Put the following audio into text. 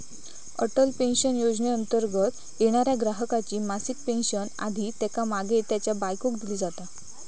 Atal pension योजनेंतर्गत येणाऱ्या ग्राहकाची मासिक पेन्शन आधी त्येका मागे त्येच्या बायकोक दिली जाता